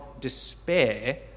despair